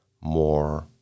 more